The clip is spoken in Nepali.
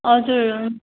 हजुर